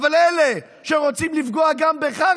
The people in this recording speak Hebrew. אבל אלה שרוצים לפגוע גם בך,